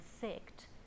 sect